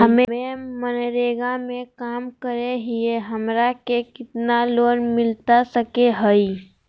हमे मनरेगा में काम करे हियई, हमरा के कितना लोन मिलता सके हई?